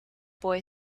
boy